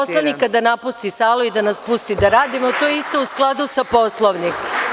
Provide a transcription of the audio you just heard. Molim poslanika da napusti salu i da nas pusti da radimo, to je isto u skladu sa Poslovnikom.